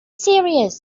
serious